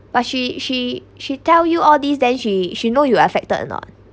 but she she she tell you all this then she she know you affected or not